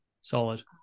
Solid